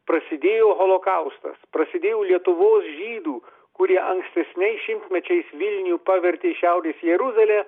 prasidėjo holokaustas prasidėjo lietuvos žydų kurie ankstesniais šimtmečiais vilnių pavertė šiaurės jeruzale